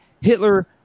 Hitler